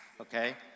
Okay